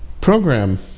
Program